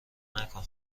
نکن